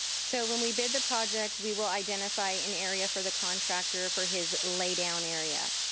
so when we bid the project, we will identify an area for the contractor for his lay-down area.